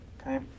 Okay